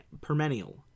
perennial